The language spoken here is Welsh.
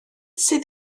sydd